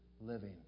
living